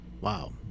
wow